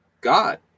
God